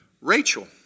Rachel